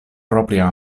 propria